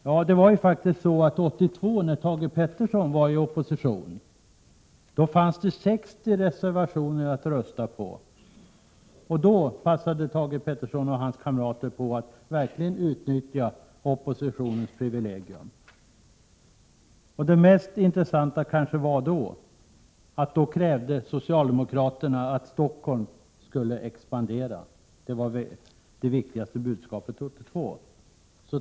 Ja, år 1982, när Thage Peterson var i opposition, då fanns det 60 reservationer att rösta på. Då passade Thage Peterson och hans kamrater verkligen på att utnyttja oppositionens privilegium. Det mest intressanta då var kanske att socialdemokraterna krävde att Stockholm skulle expandera — det var det viktigaste budskapet 1982.